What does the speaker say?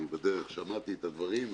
אני בדרך שמעתי את הדברים,